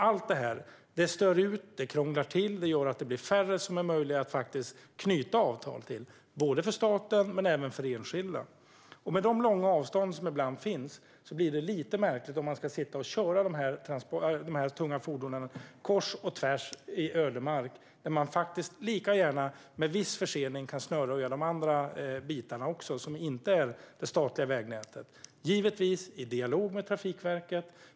Allt det här stör, krånglar till och gör att det blir färre som det faktiskt är möjligt att sluta avtal med både för staten och för enskilda. Med de långa avstånd som det ibland är blir det lite märkligt om man ska sitta och köra de här tunga fordonen kors och tvärs i ödemark när man lika gärna, med viss försening, kan snöröja de andra bitarna också som inte hör till det statliga vägnätet. Givetvis ska det ske i dialog med Trafikverket.